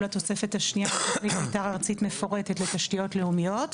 התוספת השנייה על תוכנית מתאר ארצית מפורטת לתשתיות לאומיות",